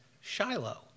Shiloh